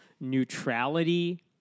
neutrality